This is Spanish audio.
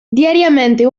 diariamente